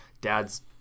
dad's